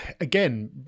again